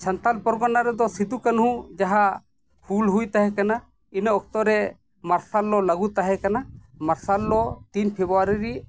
ᱥᱟᱱᱛᱟᱲ ᱯᱚᱨᱜᱚᱱᱟ ᱨᱮᱫᱚ ᱥᱤᱫᱩ ᱠᱟᱹᱱᱦᱩ ᱡᱟᱦᱟᱸ ᱦᱩᱞ ᱦᱩᱭᱩᱜ ᱠᱟᱱ ᱛᱟᱦᱮᱸ ᱠᱟᱱᱟ ᱤᱱᱟᱹ ᱚᱠᱛᱚ ᱨᱮ ᱢᱟᱨᱥᱟᱞ ᱞᱚ ᱞᱟᱹᱜᱩ ᱛᱟᱦᱮᱸ ᱠᱟᱱᱟ ᱢᱟᱨᱥᱟᱞ ᱞᱚ ᱛᱤᱱ ᱯᱷᱮᱵᱽᱨᱩᱣᱟᱨᱤ